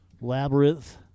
Labyrinth